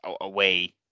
away